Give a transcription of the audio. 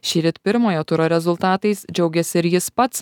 šįryt pirmojo turo rezultatais džiaugėsi ir jis pats